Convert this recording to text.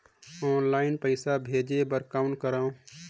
Online पईसा भेजे बर कौन करव?